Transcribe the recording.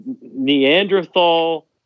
Neanderthal